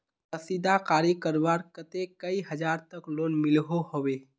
कशीदाकारी करवार केते कई हजार तक लोन मिलोहो होबे?